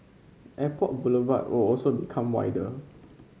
Airport Boulevard will also become wider